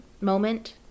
moment